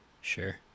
Sure